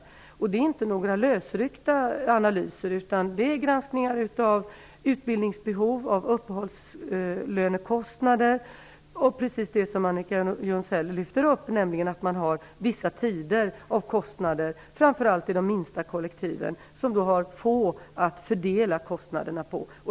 Det är inte fråga om några lösryckta analyser, utan det är granskningar av utbildningsbehov, av uppehållslönekostnader och precis det som Annika Jonsell lyfter fram, nämligen att man framför allt i de minsta kollektiven har få att fördela kostnaderna på.